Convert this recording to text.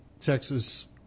Texas